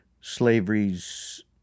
slavery's